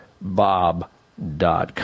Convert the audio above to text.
bob.com